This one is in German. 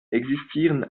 existieren